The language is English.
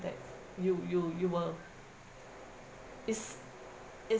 that you you you were it's it's